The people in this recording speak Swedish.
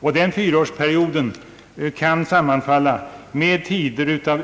Och den fyraårsperioden kan sammanfalla med tider av